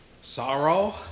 sorrow